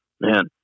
Man